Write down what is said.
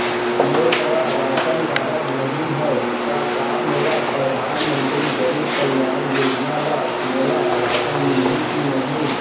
मोर करा ration card नहीं है त का मोल परधानमंतरी गरीब कल्याण योजना ल मोला राशन मिलही कि नहीं?